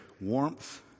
warmth